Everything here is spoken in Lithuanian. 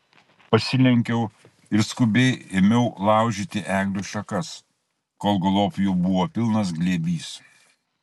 pasilenkiau ir skubiai ėmiau laužyti eglių šakas kol galop jų buvo pilnas glėbys